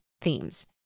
themes